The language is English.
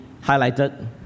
highlighted